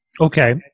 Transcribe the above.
Okay